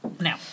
Now